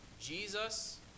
Jesus